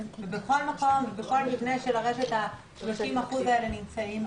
ובכל מקום ובכל מבנה של הרשת ה-30% האלה נמצאים,